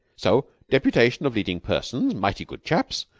so deputation of leading persons, mighty good chaps,